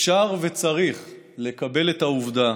אפשר וצריך לקבל את העובדה